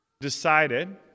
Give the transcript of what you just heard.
decided